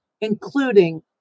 including